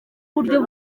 buryo